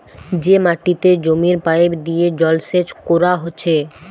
যে মাটিতে জমির পাইপ দিয়ে জলসেচ কোরা হচ্ছে